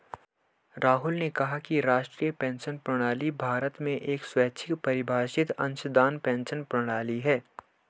राहुल ने कहा कि राष्ट्रीय पेंशन प्रणाली भारत में एक स्वैच्छिक परिभाषित अंशदान पेंशन प्रणाली है